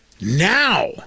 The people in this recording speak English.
Now